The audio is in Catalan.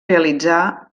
realitzar